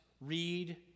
read